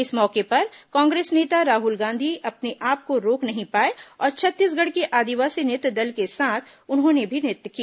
इस मौके पर कांग्रेस नेता राहुल गांधी अपने आप को रोक नहीं पाए और छत्तीसगढ़ के आदिवासी नृत्य दल के साथ उन्होंने भी नृत्य किया